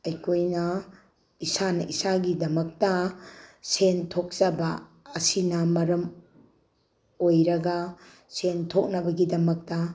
ꯑꯩꯈꯣꯏꯅ ꯏꯁꯥꯅ ꯏꯁꯥꯒꯤꯗꯃꯛꯇ ꯁꯦꯜ ꯊꯣꯛꯆꯕ ꯑꯁꯤꯅ ꯃꯔꯝ ꯑꯣꯏꯔꯒ ꯁꯦꯜ ꯊꯣꯛꯅꯕꯒꯤꯗꯃꯛꯇ